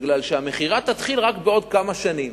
בגלל שהמכירה תתחיל רק בעוד כמה שנים.